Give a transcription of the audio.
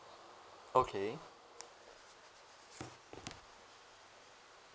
okay